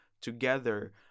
together